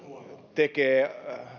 tekee